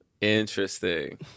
Interesting